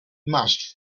must